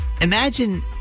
imagine